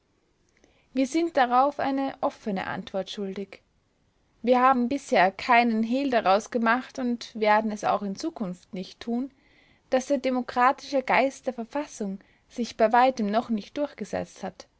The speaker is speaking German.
wir sind darauf eine offene antwort schuldig wir haben bisher keinen hehl daraus gemacht und werden es auch in zukunft nicht tun daß der demokratische geist der verfassung sich bei weitem noch nicht durchgesetzt hat